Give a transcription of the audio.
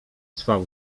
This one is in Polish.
trwał